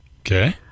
Okay